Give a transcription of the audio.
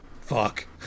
Fuck